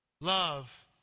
Love